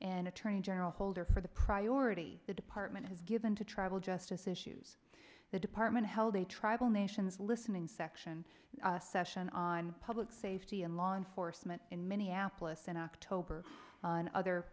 and attorney general holder for the priority the department has given to travel justice issues the department held a tribal nations listening section session on public safety and law enforcement in minneapolis and october and other